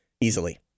easily